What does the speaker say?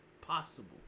possible